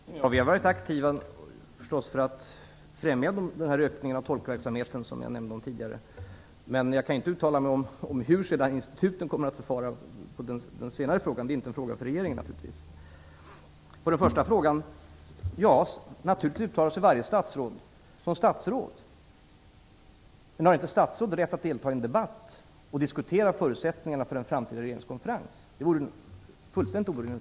Herr talman! Vi har varit aktiva för att främja ökningen av tolkverksamheten. Men jag kan inte uttala mig om hur instituten kommer att förfara - detta gäller den senare frågan - för det är inte en fråga för regeringen. Beträffande den första frågan kan jag säga att varje statsråd naturligtvis uttalar sig i egenskap av statsråd. Men om ett statsråd inte skulle ha rätt att delta i en debatt om och diskutera förutsättningarna för en framtida regeringskonferens vore det fullständigt orimligt.